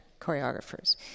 choreographers